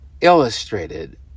illustrated